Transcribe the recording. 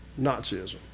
Nazism